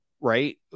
Right